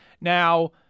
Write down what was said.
Now